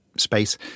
space